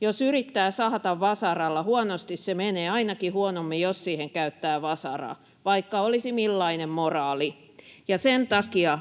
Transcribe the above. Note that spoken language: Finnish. Jos yrittää sahata vasaralla, huonosti se menee — ainakin huonommin, jos siihen käyttää vasaraa — vaikka olisi millainen moraali. Sen takia